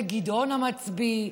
וגדעון המצביא,